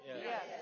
Yes